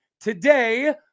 today